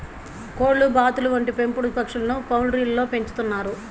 కోళ్లు, బాతులు వంటి పెంపుడు పక్షులను పౌల్ట్రీలలో పెంచుతున్నారు